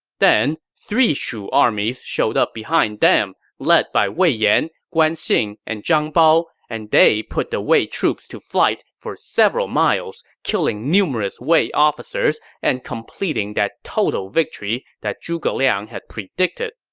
then, three shu armies showed up behind them, led by wei yan, guan xing, and zhang bao, and they put the wei troops to flight for several miles, killing numerous wei officers and completing that total victory zhuge liang had predicted